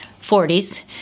40s